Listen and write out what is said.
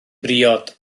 briod